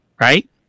right